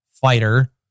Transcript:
fighter